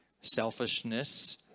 selfishness